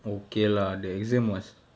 okay lah the exam was